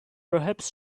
perhaps